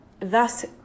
thus